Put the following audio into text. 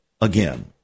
again